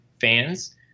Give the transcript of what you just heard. fans